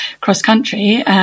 cross-country